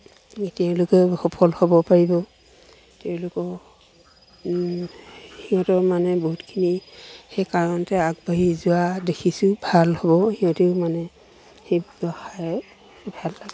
এই তেওঁলোকেও সফল হ'ব পাৰিব তেওঁলোকৰ সিহঁতৰ মানে বহুতখিনি সেই কাৰণতে আগবাঢ়ি যোৱা দেখিছোঁ ভাল হ'ব সিহঁতেও মানে সেই ব্যৱসায়ৰ ভাল লাগে